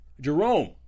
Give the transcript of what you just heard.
Jerome